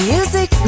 Music